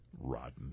Rotten